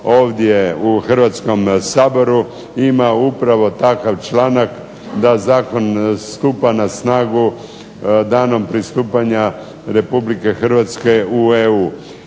ovdje u Hrvatskom saboru ima upravo takav članak da zakon stupa na snagu danom pristupanja Republike Hrvatske u EU.